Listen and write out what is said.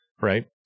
right